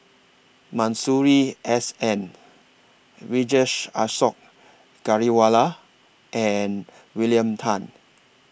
Masuri S N Vijesh Ashok Ghariwala and William Tan